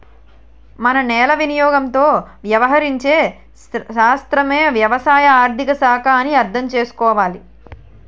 మన నేల వినియోగంతో వ్యవహరించే శాస్త్రమే వ్యవసాయ ఆర్థిక శాఖ అని అర్థం చేసుకోవాలి